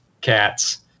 cats